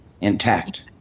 intact